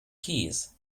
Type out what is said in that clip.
keys